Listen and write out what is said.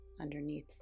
underneath